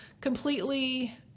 completely